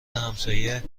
همسایه